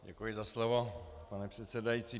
Děkuji za slovo, pane předsedající.